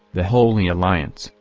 the holy alliance,